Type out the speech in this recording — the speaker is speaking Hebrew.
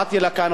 באתי לכאן,